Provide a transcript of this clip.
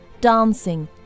dancing